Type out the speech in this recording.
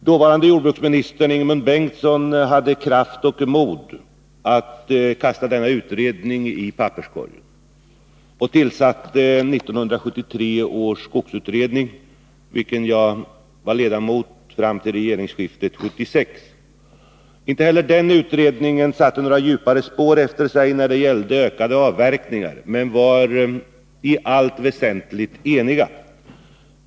Dåvarande jordbruksministern Ingemund Bengtsson hade kraft och mod att kasta denna utredning i papperskorgen och tillsatte 1973 års skogsutredning, i vilken jag var ledamot fram till regeringsskiftet 1976. Inte heller denna utredning satte några djupare spår efter sig när det gällde ökade avverkningar.